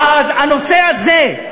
הנושא הזה,